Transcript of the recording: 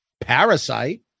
Parasite